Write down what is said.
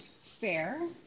fair